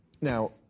now